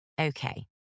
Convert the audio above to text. Okay